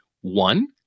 One